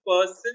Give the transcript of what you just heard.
person